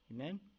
amen